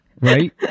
right